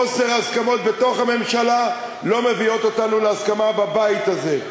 חוסר ההסכמות בתוך הממשלה לא מביא אותנו להסכמה בבית הזה.